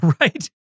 right